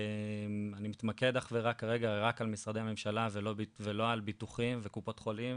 אני מתמקד כרגע אך ורק על משרדי הממשלה ולא על ביטוחים וקופות חולים